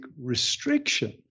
restriction